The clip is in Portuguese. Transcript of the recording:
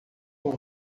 com